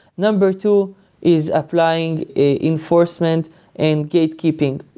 number two is applying enforcement and gatekeeping,